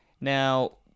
Now